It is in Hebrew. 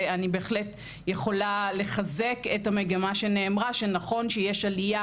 ואני בהחלט יכולה לחזק את המגמה שנאמרה שנכון יש עלייה